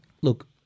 look